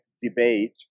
debate